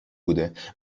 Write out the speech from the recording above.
بود